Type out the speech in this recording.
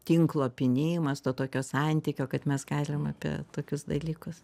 tinklo pynimas to tokio santykio kad mes galim apie tokius dalykus